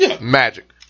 Magic